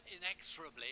inexorably